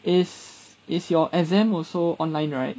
is is your exam also online right